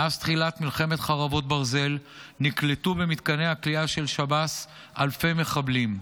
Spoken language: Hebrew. מאז תחילת מלחמת חרבות ברזל נקלטו במתקני הכליאה של שב"ס אלפי מחבלים,